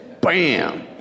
bam